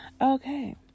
okay